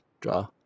draw